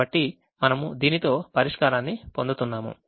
కాబట్టి మనము దీనితో పరిష్కారాన్ని పొందుతున్నాము